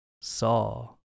Saw